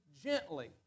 gently